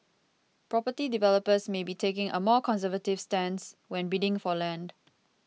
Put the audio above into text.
property developers may be taking a more conservative stance when bidding for land